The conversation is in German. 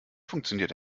funktioniert